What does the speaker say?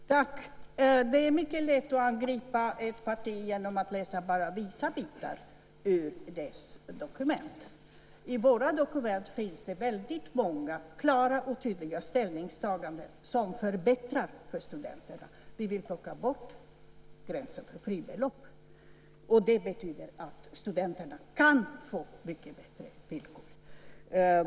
Fru talman! Det är mycket lätt att angripa ett parti genom att bara läsa vissa bitar ur dess dokument. I våra dokument finns det väldigt många klara och tydliga ställningstanden som förbättrar för studenterna. Vi vill plocka bort gränsen för fribelopp, och det betyder att studenterna kan få mycket bättre villkor.